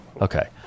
Okay